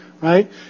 Right